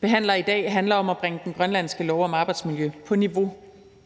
behandler i dag, handler om at bringe den grønlandske lov om arbejdsmiljø på niveau